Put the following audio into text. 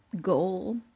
goal